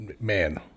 man